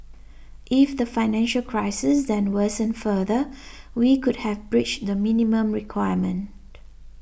if the financial crisis then worsened further we could have breached the minimum requirement